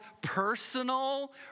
personal